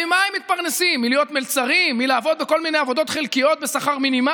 באמצע מלחמת העולם השנייה היה ויכוח בין צ'רצ'יל לבין שר ההגנה.